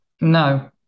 No